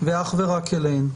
ואך ורק אליהן.